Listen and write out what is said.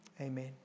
amen